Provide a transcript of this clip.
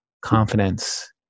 confidence